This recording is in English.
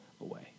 away